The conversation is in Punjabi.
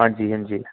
ਹਾਂਜੀ ਹਾਂਜੀ